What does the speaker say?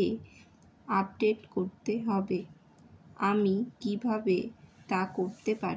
এ update করতে হবে আমি কীভাবে তা করতে পারি